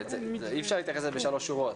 אי אפשר להתייחס בשלוש שורות